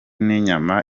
n’inyama